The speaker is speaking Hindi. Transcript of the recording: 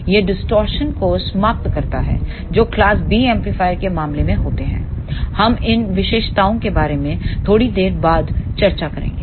यह डिस्टॉर्शन को समाप्त करता है जो क्लास B एम्पलीफायर के मामले में होते हैं हम इन विशेषताओं के बारे में थोड़ी देर बाद चर्चा करेंगे